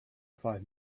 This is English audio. five